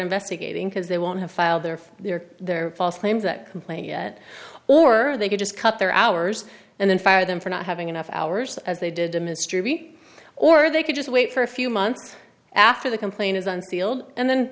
investigating because they won't have filed there for their false claims that complained yet or they could just cut their hours and then fire them for not having enough hours as they did a mystery or they could just wait for a few months after the complaint is unsealed and then